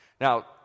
Now